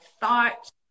thought